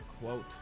quote